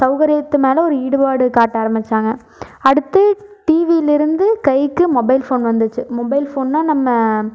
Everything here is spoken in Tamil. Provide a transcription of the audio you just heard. சௌகரியத்துனால ஒரு ஈடுபாடு காட்ட ஆரமிச்சாங்க அடுத்து டிவியிலேருந்து கைக்கு மொபைல் ஃபோன் வந்துச்சு மொபைல் ஃபோன்னா நம்ம